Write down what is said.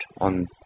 on